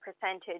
percentage